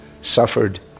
suffered